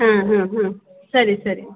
ಹಾಂ ಹಾಂ ಹಾಂ ಸರಿ ಸರಿ